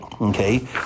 Okay